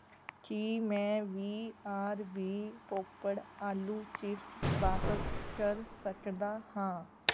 ਕੀ ਮੈਂ B R B popped ਆਲੂ chips ਵਾਪਸ ਕਰ ਸਕਦਾ ਹਾਂ